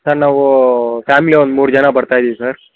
sir ನಾವು family ಒಂದು ಮೂರು ಜನ ಬರ್ತಾ ಇದಿವಿ ಸರ್